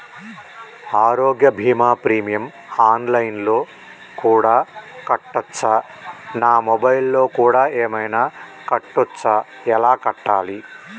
ఆరోగ్య బీమా premium online లో కూడా కట్టచ్చా? నా మొబైల్లో కూడా ఏమైనా కట్టొచ్చా? ఎలా కట్టాలి?